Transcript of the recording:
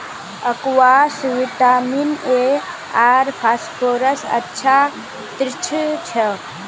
squash vitamin A आर फस्फोरसेर अच्छा श्रोत छ